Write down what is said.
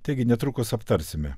taigi netrukus aptarsime